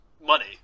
money